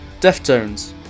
Deftones